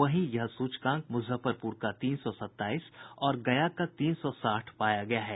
वहीं यह सूचकांक मुजफ्फरपुर का तीन सौ सत्ताईस और गया का तीन सौ साठ पाया गया है